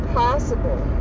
possible